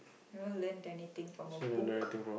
you don't learn anything from a book